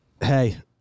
Hey